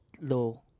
low